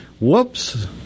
Whoops